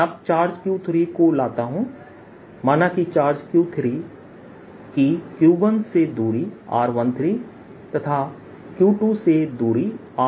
मैं अब चार्जQ3 को लाता हूं माना कि चार्जQ3 की Q1 से दूरी r13 तथा Q2 से दूरी r23 है